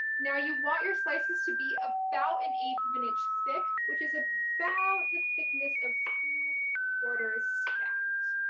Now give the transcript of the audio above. now you want your slices to be about an eighth of an inch thick, which is ah about the thickness of two quarters yeah and